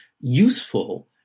useful